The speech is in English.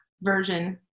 version